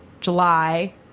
July